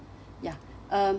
ya um